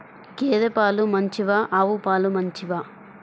గేద పాలు మంచివా ఆవు పాలు మంచివా?